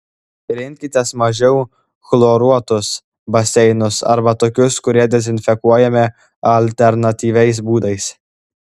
rinkitės mažiau chloruotus baseinus arba tokius kurie dezinfekuojami alternatyviais būdais